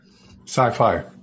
Sci-fi